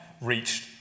reached